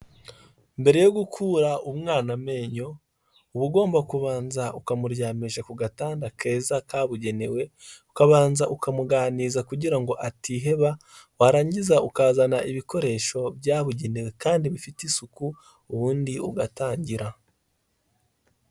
Mbere yo gukura umwana amenyo uba ugomba kubanza ukamuryamisha ku gatanda keza kabugenewe, ukabanza ukamuganiriza kugira ngo atiheba, warangiza ukazana ibikoresho byabugenewe kandi bifite isuku ubundi ugatangira.